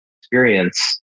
experience